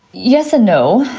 yes and no,